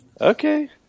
Okay